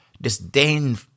disdain